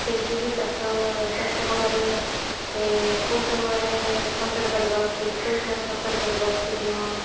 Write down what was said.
ଯେମିତିକି ଚାଷ ଚାଷ କାମରେ କେଉଁ ସମୟରେ ଫସଲ କରିବା ଉଚିତ କେଉଁ ସମୟରେ ଫସଲ କରିବା ଉଚିତ ନୁହେଁ